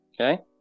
Okay